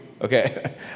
Okay